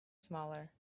smaller